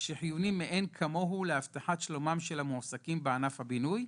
שחיוני מאין כמוהו להבטחת שלומם של המועסקים בענף הבינוי,